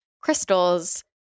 crystals